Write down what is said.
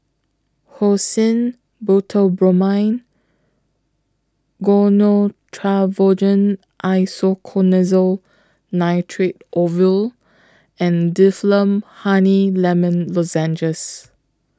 Hyoscine Butylbromide Gyno Travogen Isoconazole Nitrate Ovule and Difflam Honey Lemon Lozenges